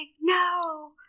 no